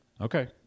Okay